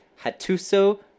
Hatuso